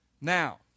Now